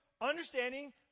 understanding